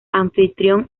anfitrión